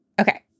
Okay